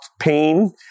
pain